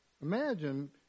Imagine